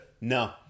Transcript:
no